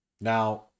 Now